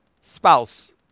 spouse